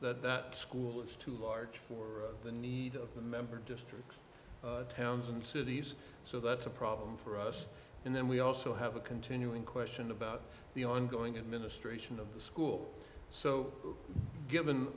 that that school is too large for the new member districts towns and cities so that's a problem for us and then we also have a continuing question about the ongoing administration of the school so given